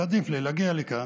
ועדיף לי להגיע לכאן,